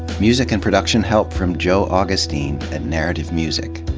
music and production help from joe augustine at narrative music.